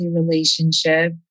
relationship